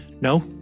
no